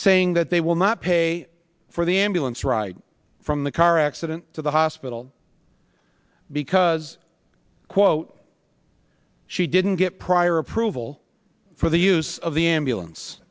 saying that they will not pay for the ambulance right from the car accident to the hospital because quote she didn't get prior approval for the use of the ambulance